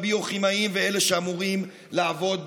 הביוכימאים ואלה שאמורים לעבוד בבדיקות,